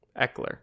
Eckler